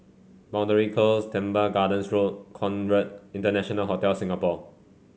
Boundary Close Teban Gardens Road Conrad International Hotel Singapore